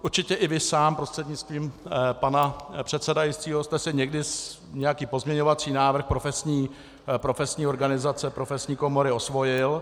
Určitě i vy sám, prostřednictvím pana předsedajícího, jste si někdy nějaký pozměňovací návrh profesní organizace, profesní komory osvojil.